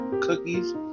cookies